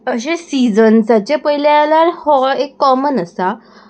अशे सिजन्साचे पयलें जाल्यार हो एक कॉमन आसा